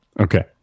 Okay